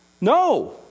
No